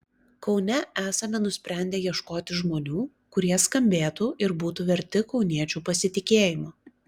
kaune esame nusprendę ieškoti žmonių kurie skambėtų ir būtų verti kauniečių pasitikėjimo